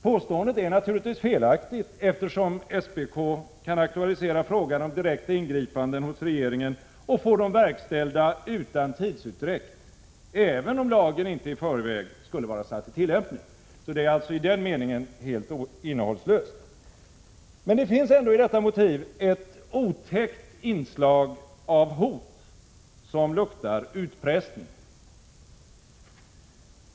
Påståendet är naturligtvis felaktigt, eftersom SPK kan aktualisera frågan om direkta ingripanden hos regeringen och få dem verkställda utan tidsutdräkt, även om lagen inte i förväg skulle vara satt i tillämpning. Det är alltså i den meningen helt innehållslöst. I detta motiv finns ändå ett otäckt inslag av hot som luktar utpressning.